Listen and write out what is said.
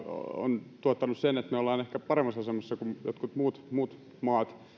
on tuottanut sen että me olemme ehkä paremmassa asemassa kuin jotkut muut muut maat